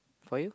for you